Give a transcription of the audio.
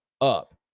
up